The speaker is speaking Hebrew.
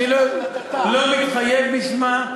אני לא מתחייב בשמה.